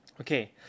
Okay